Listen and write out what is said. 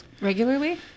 regularly